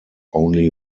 only